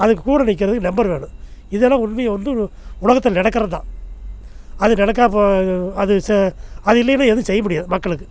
அதுக்குக்கூட நிற்கிறதுக்கு மெம்பர் வேணும் இதெல்லாம் உண்மையாக வந்து உலகத்தில் நடக்கிறதான் அது நடக்காமல் அது செ அது இல்லைன்னா எதுவும் செய்ய முடியாது மக்களுக்கு